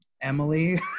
Emily